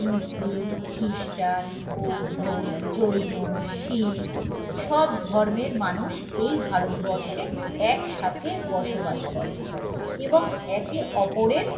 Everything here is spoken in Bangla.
মুসলিম খ্রিস্টান বৌদ্ধ জৈন শিখ সব ধর্মের মানুষ এই ভারতবর্ষে একসাথে বসবাস করে এবং একে ওপরের